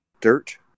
dirt